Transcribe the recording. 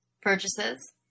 purchases